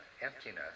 emptiness